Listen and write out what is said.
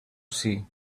see